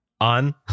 On